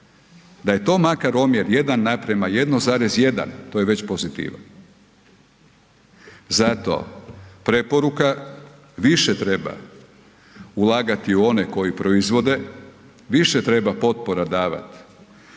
Da je to makar omjer 1:1,1, to je već pozitiva. Zato preporuka, više treba ulagati u one koji proizvode, više treba potpora davat